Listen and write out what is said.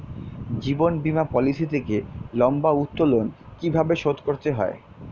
জীবন বীমা পলিসি থেকে লম্বা উত্তোলন কিভাবে শোধ করতে হয়?